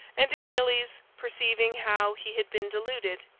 and achilles, perceiving how he had been deluded,